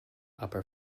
upper